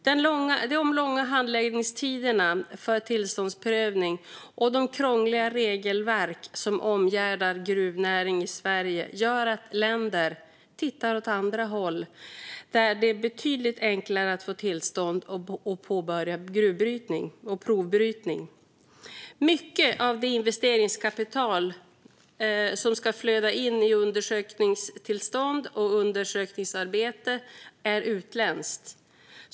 De långa handläggningstiderna för tillståndsprövning och de krångliga regelverk som omgärdar gruvnäringen i Sverige gör att länder tittar åt det håll där det är betydligt enklare att få tillstånd och påbörja provbrytning. Mycket av det investeringskapital som ska flöda in i undersökningstillstånd och undersökningsarbete är utländskt.